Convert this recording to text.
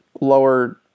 lower